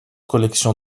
collection